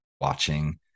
watching